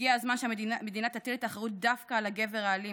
הגיע הזמן שהמדינה תטיל את האחריות דווקא על הגבר האלים,